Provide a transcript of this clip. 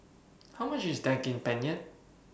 How much IS Daging Penyet